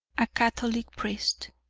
a catholic priest.